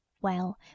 Well